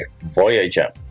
Voyager